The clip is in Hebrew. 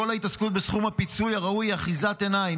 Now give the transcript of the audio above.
כל ההתעסקות בסכום הפיצוי הראוי היא אחיזת עיניים.